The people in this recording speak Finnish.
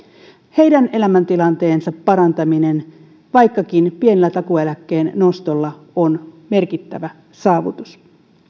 heidän elämäntilanteensa parantaminen vaikkakin pienellä takuueläkkeen nostolla on merkittävä saavutus